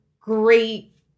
great